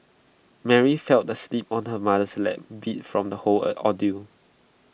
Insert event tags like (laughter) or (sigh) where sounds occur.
Mary fell asleep on her mother's lap beat from the whole (hesitation) ordeal